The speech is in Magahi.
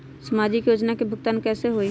समाजिक योजना के भुगतान कैसे होई?